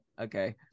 okay